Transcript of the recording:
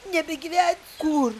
nebegyvena kur